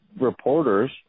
reporters